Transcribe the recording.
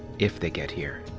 if they get here.